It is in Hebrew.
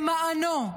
למענו,